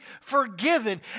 forgiven